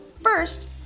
First